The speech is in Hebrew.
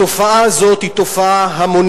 התופעה הזו היא המונית,